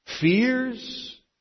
fears